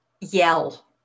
yell